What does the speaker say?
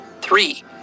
Three